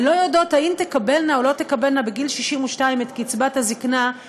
ולא יודעות אם תקבלנה או לא תקבלנה בגיל 62 את קצבת הזקנה,